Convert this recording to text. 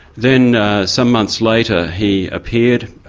then some months later, he appeared,